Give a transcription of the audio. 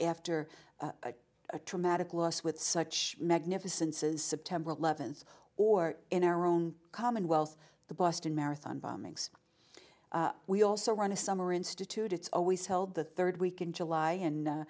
after a traumatic loss with such magnificence is september eleventh or in our own commonwealth the boston marathon bombings we also run a summer institute it's always held the third week in july and